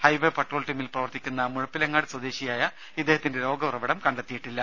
highway patrol ടീമിൽ പ്രവർത്തിക്കുന്ന മുഴപ്പിലങ്ങാട് സ്വദേശിയായ ഇദ്ദേഹത്തിന്റെ രോഗ ഉറവിടം കണ്ടെത്തിയിട്ടില്ല